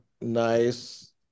nice